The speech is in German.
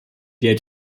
der